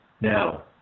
Now